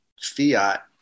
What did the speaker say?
Fiat